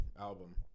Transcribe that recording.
album